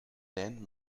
lijn